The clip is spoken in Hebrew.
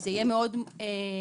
זה יהיה מאוד קשה,